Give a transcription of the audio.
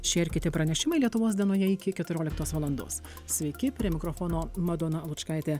šie ir kiti pranešimai lietuvos dienoje iki keturioliktos valandos sveiki prie mikrofono madona lučkaitė